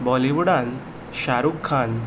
बॉलिवुडान Shahrukh Khan